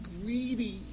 greedy